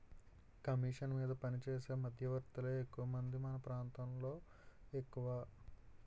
commission మీద పనిచేసే మధ్యవర్తులే ఎక్కువమంది మన ప్రాంతంలో ఎక్కువ